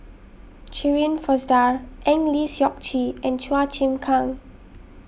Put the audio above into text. Shirin Fozdar Eng Lee Seok Chee and Chua Chim Kang